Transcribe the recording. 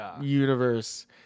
universe